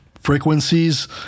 frequencies